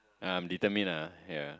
I'm determined ah ya